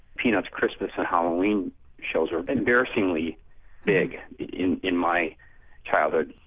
peanuts, christmas and halloween shows, were embarrassingly big in in my childhood.